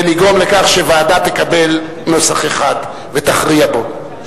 לגרום לכך שוועדה תקבל נוסח אחד ותכריע בו.